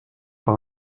par